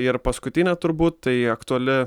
ir paskutinė turbūt tai aktuali